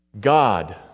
God